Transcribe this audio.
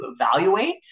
evaluate